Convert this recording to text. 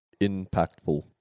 Impactful